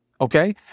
okay